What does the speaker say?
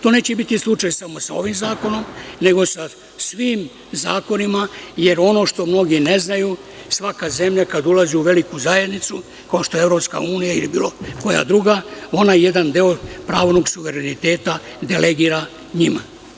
To neće biti slučaj samo sa ovim zakonom, nego sa svim zakonima, jer ono što mnogi ne znaju, svaka zemlja kada ulazi u veliku zajednicu, kao što je EU ili bilo koja druga, ona jedan deo suvereniteta delegira njima.